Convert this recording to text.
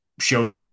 show